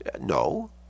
No